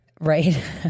right